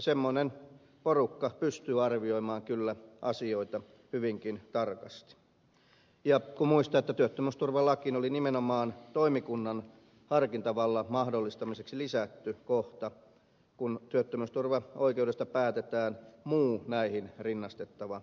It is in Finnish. semmoinen porukka pystyy arvioimaan kyllä asioita hyvinkin tarkasti ja kun muistaa että työttömyysturvalakiin oli nimenomaan toimikunnan harkintavallan mahdollistamiseksi lisätty kohta kun työttömyysturvaoikeudesta päätetään muu näihin rinnastettava syy